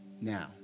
now